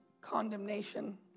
condemnation